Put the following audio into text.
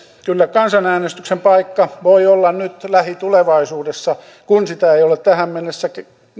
kyllä kansan äänestyksen paikka voi olla nyt lähitulevaisuudessa kun sitä ei ole tähän mennessä